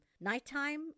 Nighttime